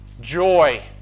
joy